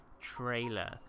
trailer